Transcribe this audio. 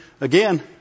Again